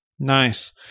Nice